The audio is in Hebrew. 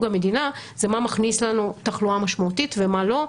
המדינה זה מה מכניס לנו תחלואה משמעותית ומה לא.